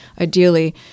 Ideally